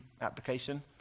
application